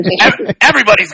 Everybody's